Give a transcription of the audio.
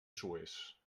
sues